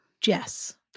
Jess